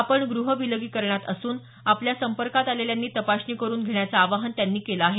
आपण गृह विलगीकरणात असून आपल्या संपर्कात आलेल्यांनी तपासणी करुन घेण्याचं आवाहन त्यांनी केलं आहे